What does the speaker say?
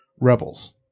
Rebels